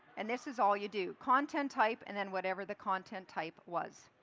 and this is all you do. content type, and then whatever the content type was.